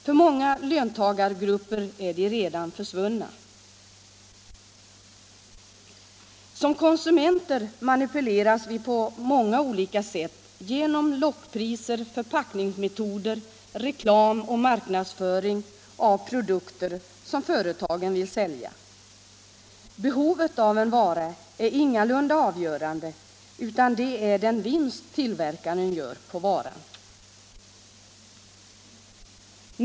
För många löntagargrupper är de redan försvunna. Som konsumenter manipuleras vi på många olika sätt genom lockpriser, förpackningsmetoder, reklam och marknadsföring av produkter som företagen vill sälja. Behovet av en vara är ingalunda avgörande, utan det är den vinst tillverkaren gör på varan.